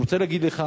אני רוצה להגיד לך,